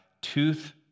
tooth